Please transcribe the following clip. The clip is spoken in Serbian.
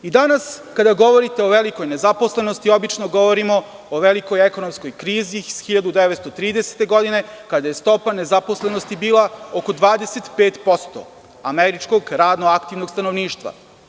Danas kada govorite o velikoj nezaposlenosti obično govorimo o velikoj ekonomskoj krizi iz 1930. godine, kada je stopa nezaposlenosti bila oko 25% američkog radno aktivnog stanovništva.